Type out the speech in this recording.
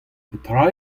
petra